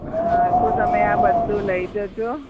હા તો તમે આ બધું લઈ જજો